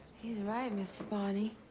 he's right, mr. barney.